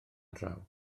draw